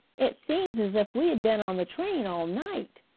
it seems as if we had been on the train all night,